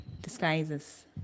disguises